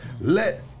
let